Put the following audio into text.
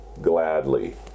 gladly